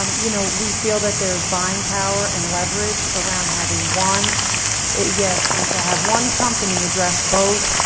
um you know we feel that there is buying power and leverage around having one yes, and to have one company address both,